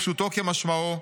פשוטו כמשמעו,